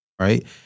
right